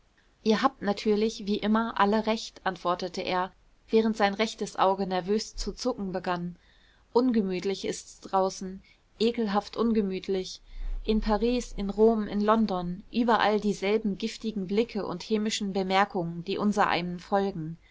ihr habt natürlich wie immer alle recht antwortete er während sein rechtes auge nervös zu zucken begann ungemütlich ist's draußen ekelhaft ungemütlich in paris in rom in london überall dieselben giftigen blicke und hämischen bemerkungen die unsereinem folgen